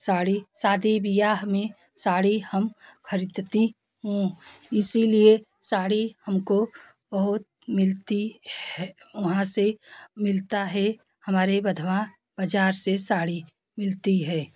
साड़ी शादी विवाह में साड़ी हम खरीदती हूँ इसीलिए साड़ी हमको और मिलती है ओहाँ से मिलता है हमारे बधवा बाजार से साड़ी मिलती है